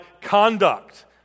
conduct